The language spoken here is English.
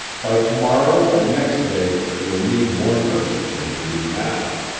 by to-morrow or next day you'll need more nursing than you do now.